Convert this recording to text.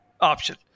option